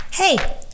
Hey